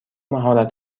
مهارت